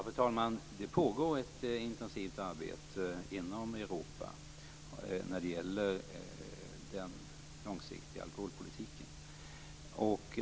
Fru talman! Det pågår ett intensivt arbete inom Europa om den långsiktiga alkoholpolitiken.